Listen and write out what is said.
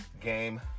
game